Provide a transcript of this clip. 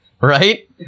right